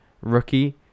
Rookie